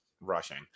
rushing